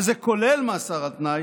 וזה כולל מאסר על תנאי,